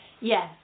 Yes